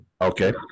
Okay